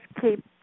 keep